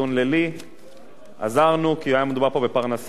עזרנו כי היה מדובר פה בפרנסה של אנשים ושירות לציבור,